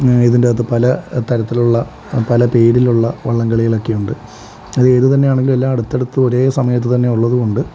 ഇതിന്റെയകത്ത് പലതരത്തിലുള്ള പല പേരിലുള്ള വള്ളംകളികളൊക്കെയുണ്ട് അത് ഏത് തന്നെ ആണെങ്കിലും എല്ലാ അടുത്തടുത്ത് ഒരേ സമയത്ത് തന്നെ ഉള്ളതുകൊണ്ട്